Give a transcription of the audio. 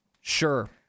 Sure